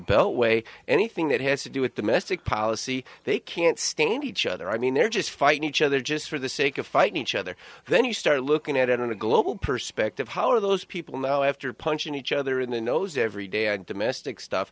beltway anything that has to do with domestic policy they can't stand each other i mean they're just fighting each other just for the sake of fighting each other then you start looking at it on a global perspective how are those people now after punching each other in the nose every day and domestic stuff